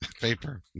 paper